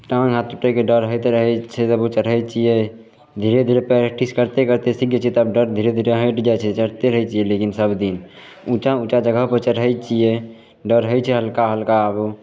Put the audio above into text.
टाँग हाथ टूटयके डर होइत रहय छै जबो चढ़य छियै धीरे धीरे प्रैक्टिस करते करते सिख जाइ छियै तब डर धीरे धीरे हटि जाइ छै चढ़ते रहय छियै लेकिन सब दिन उँचा उँचा जगहपर चढ़य छियै डर होइ छै हल्का हल्का आबो